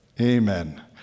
Amen